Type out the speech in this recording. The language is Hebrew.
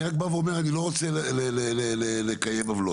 אני רק בא ואומר, אני לא רוצה לקיים עוולות.